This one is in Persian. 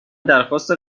درخواست